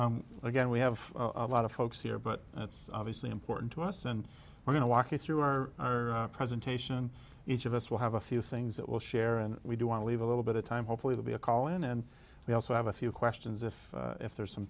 us again we have a lot of folks here but that's obviously important to us and we're going to walk you through our presentation each of us will have a few things that we'll share and we do want to leave a little bit of time hopefully to be a call in and we also have a few questions if if there's some